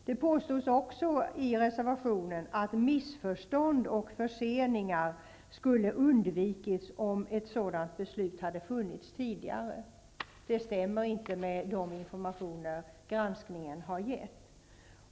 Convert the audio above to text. Det påstås också i reservationen att missförstånd och förseningar skulle ha undvikits om ett sådant beslut hade funnits tidigare. Det stämmer inte med de informationer som framkommit under granskningen.